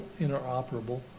interoperable